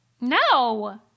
No